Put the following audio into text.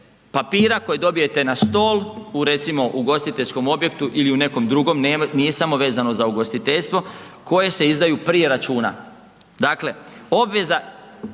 papira koje dobijete na stol, u recimo, ugostiteljskom objektu ili u nekom drugom, nije samo vezano za ugostiteljstvo koje se izdaju prije računa.